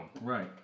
right